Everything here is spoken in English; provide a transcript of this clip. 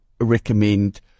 recommend